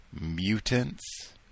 Mutants